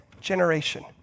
generation